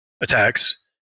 attacks